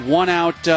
one-out